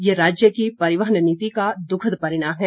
यह राज्य की परिवहन नीति का दुखद परिणाम है